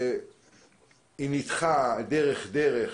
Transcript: היא ניתחה דרך-דרך,